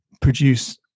produce